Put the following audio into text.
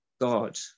god